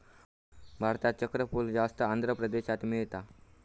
भारतात चक्रफूल जास्त आंध्र प्रदेशात मिळता